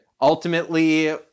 ultimately